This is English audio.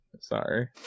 sorry